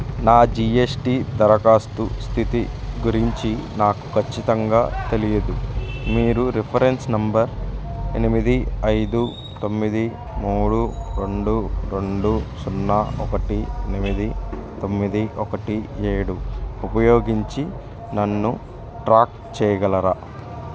నా జిఎస్టి దరఖాస్తు స్థితి గురించి నాకు ఖచ్చితంగా తెలియదు మీరు రిఫరెన్స్ నంబర్ ఎనిమిది ఐదు తొమ్మిది మూడు రెండు రెండు సున్నా ఒకటి ఎనిమిది తొమ్మిది ఒకటి ఏడు ఉపయోగించి నన్ను ట్రాక్ చేయగలరా